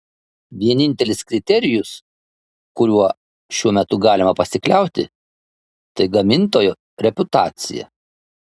vienintelis kriterijus kuriuo šiuo metu galima pasikliauti tai gamintojo reputacija